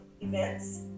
events